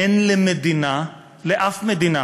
אין למדינה, לאף מדינה,